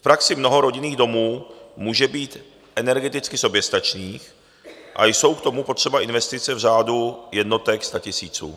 V praxi mnoho rodinných domů může být energeticky soběstačných a jsou k tomu potřeba investice v řádu jednotek statisíců.